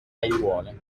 aiuole